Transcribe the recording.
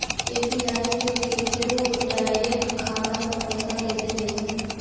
UPI से केकरो direct खाता पर पैसा कैसे भेजबै?